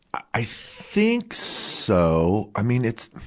i think so. i mean, it's,